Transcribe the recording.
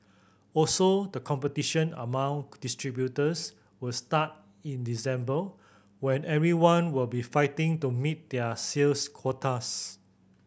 also the competition among distributors will start in December when everyone will be fighting to meet their sales quotas